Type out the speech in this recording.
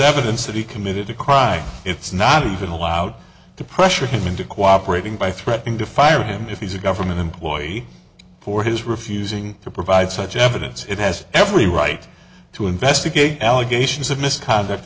evidence that he committed a crime it's not even allowed to pressure him into cooperating by threatening to fire him if he's a government employee for his refusing to provide such evidence it has every right to investigate allegations of misconduct